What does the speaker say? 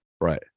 right